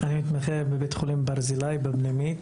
אני מתמחה בפריפריה, בפנימית,